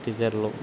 teacher लोग